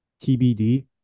TBD